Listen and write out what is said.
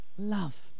Love